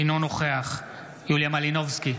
אינו נוכח יוליה מלינובסקי,